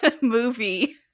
movie